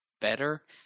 better